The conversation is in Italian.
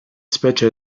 specie